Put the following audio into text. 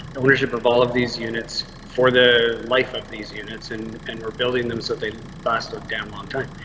ownership of all of these units for the life of these units and and we're building them so they lasted down long time.